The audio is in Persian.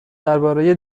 درباره